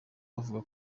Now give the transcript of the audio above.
bavuga